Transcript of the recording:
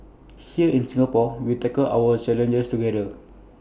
here in Singapore we tackle our challenges together